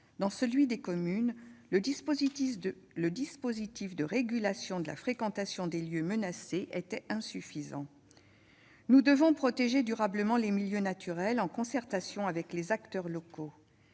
a constaté que le dispositif de régulation de la fréquentation des lieux menacés était insuffisant. Nous devons protéger durablement les milieux naturels, en concertation avec les acteurs locaux.